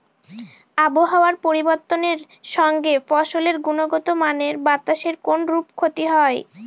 আবহাওয়ার পরিবর্তনের সঙ্গে ফসলের গুণগতমানের বাতাসের কোনরূপ ক্ষতি হয়?